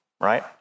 right